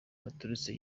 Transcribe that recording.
baturutse